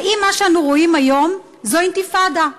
האם מה שאנו רואים היום זו אינתיפאדה.